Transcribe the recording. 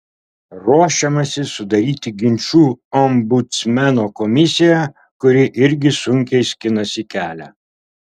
ruošiamasi sudaryti ginčų ombudsmeno komisiją kuri irgi sunkiai skinasi kelią